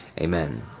Amen